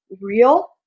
real